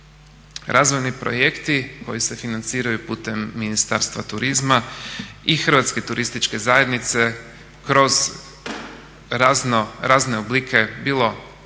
razvojni projekti koji se financiraju putem Ministarstva turizma i Hrvatske turističke zajednice kroz razne oblike bilo